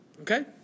Okay